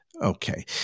okay